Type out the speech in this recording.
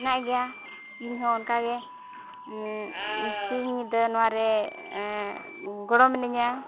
ᱢᱮᱱᱟᱜ ᱜᱮᱭᱟ ᱤᱧᱦᱚᱸ ᱚᱱᱠᱟᱜᱮ ᱚᱥᱩᱵᱤᱫᱷᱟ ᱱᱚᱣᱟᱨᱮ ᱜᱚᱲᱚ ᱢᱤᱱᱟᱹᱧᱟ